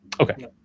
Okay